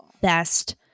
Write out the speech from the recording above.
best